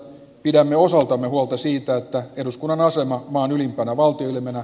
pidämme osaltamme huolta siitä että eduskunnan asema maan ylimpänä valtioelimenä